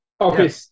Okay